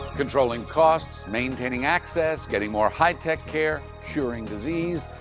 controlling costs, maintaining access, getting more high tech care, curing disease,